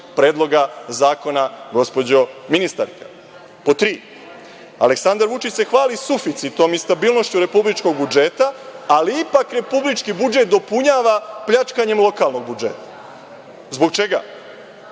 Predloga zakona, gospođo ministarka. Pod tri, Aleksandar Vučić se hvali suficitom i stabilnošću republičkog budžeta, ali ipak republički budžet dopunjava pljačkanjem lokalnog budžeta. Zbog čega?